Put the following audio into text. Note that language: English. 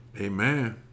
Amen